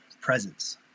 presence